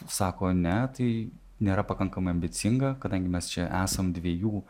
sako ne tai nėra pakankamai ambicinga kadangi mes čia esam dviejų